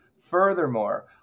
Furthermore